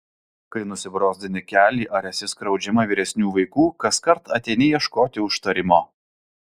kai nusibrozdini kelį ar esi skriaudžiama vyresnių vaikų kaskart ateini ieškoti užtarimo